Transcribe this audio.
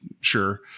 Sure